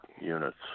units